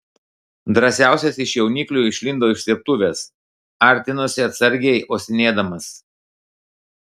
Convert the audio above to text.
drąsiausias iš jauniklių išlindo iš slėptuvės artinosi atsargiai uostinėdamas